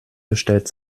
bestellt